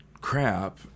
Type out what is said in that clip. crap